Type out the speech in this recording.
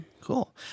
Cool